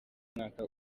mwaka